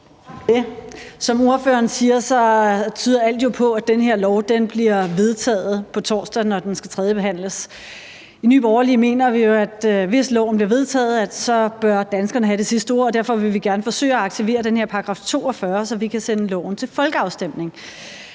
Som ordføreren siger, tyder alt jo på, at det her lovforslag bliver vedtaget på torsdag, når det skal tredjebehandles. I Nye Borgerlige mener vi jo, at danskerne, hvis loven bliver vedtaget, så bør have det sidste ord, og derfor vil vi gerne forsøge at aktivere grundlovens § 42, så vi kan sende loven til folkeafstemning.